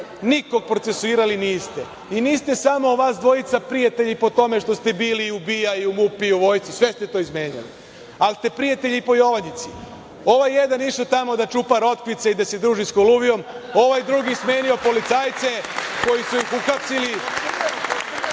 Nikog procesuirali niste i niste samo vas dvojica prijatelji po tome što ste bili u BIA, i u MUP-u i u Vojsci. Sve ste to izmenjali, ali ste prijatelji po Jovanjici. Ovaj jedan išao tamo da čupa rotkvice i da se druži sa Koluvijom. Ovaj drugi smenio policajce koji su ih uhapsili.